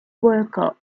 worker